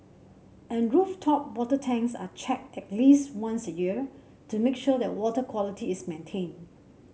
and rooftop water tanks are checked at least once a year to make sure that water quality is maintained